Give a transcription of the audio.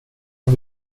vad